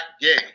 gay